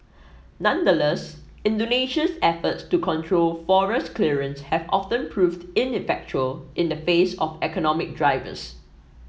nonetheless Indonesia's efforts to control forest clearance have often proved ineffectual in the face of economic drivers